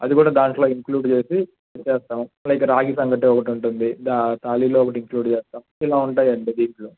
అది కూడా దాంట్లో ఇంక్లూడ్ చేసి ఇస్తాం లైక్ రాగి సంగటి ఒకటి ఉంటుంది ద థాలిలో కూడా ఇంక్లూడ్ చేస్తాం ఇలా ఉంటుంది అండి దీంట్లో